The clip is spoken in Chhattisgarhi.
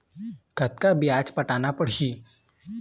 कतका ब्याज पटाना पड़ही?